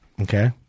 Okay